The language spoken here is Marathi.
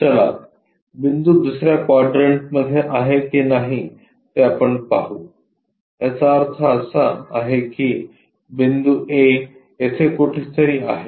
चला बिंदू दुसऱ्या क्वाड्रंट मध्ये आहे की नाही ते आपण पाहू याचा अर्थ असा आहे की A बिंदू येथे कुठेतरी आहे